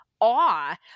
awe